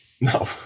No